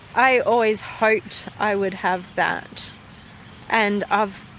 i always hoped i would have that and i've